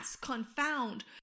confound